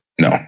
No